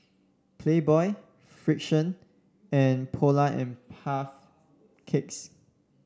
Playboy Frixion and Polar and Puff Cakes